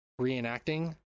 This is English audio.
reenacting